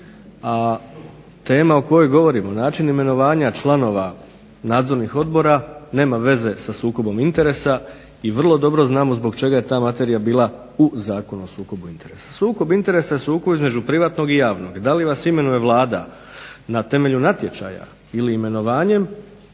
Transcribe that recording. a tema o kojoj govorimo, način imenovanja članova nadzornih odbora nema veze sa sukobom interesa i vrlo dobro znamo zbog čega je ta materija bila u Zakonu o sukobu interesa. Sukob interesa se vuku između privatnog i javnog. Da li vas imenuje Vlada na temelju natječaja ili imenovanjem,